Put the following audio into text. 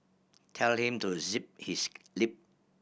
tell him to zip his lip